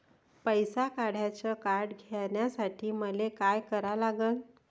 पैसा काढ्याचं कार्ड घेण्यासाठी मले काय करा लागन?